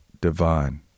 divine